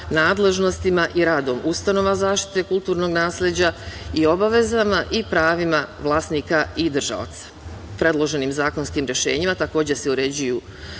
nadležnostima i radom ustanova zaštite kulturnog nasleđa i obavezama i pravima vlasnika i držaoca. Predloženim zakonskim rešenjima takođe se uređuju